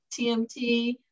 TMT